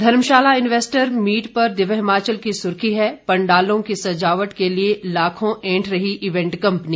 धर्मशाला investors meet पर दिव्य हिमाचल की सुर्खी है पंडालों की सजावट के लिए लाखों ऐंठ रही इवेंट कंपनी